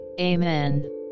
Amen